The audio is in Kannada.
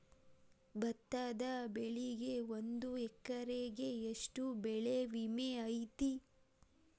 ಭತ್ತದ ಬೆಳಿಗೆ ಒಂದು ಎಕರೆಗೆ ಎಷ್ಟ ಬೆಳೆ ವಿಮೆ ಐತಿ?